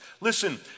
Listen